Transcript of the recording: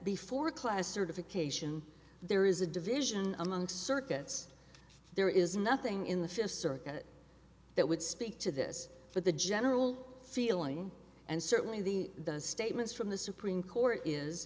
before class certification there is a division among circuits there is nothing in the fifth circuit that would speak to this for the general feeling and certainly the the statements from the supreme court is